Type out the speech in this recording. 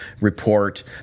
report